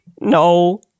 No